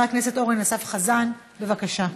חבר הכנסת אורן אסף חזן, בבקשה.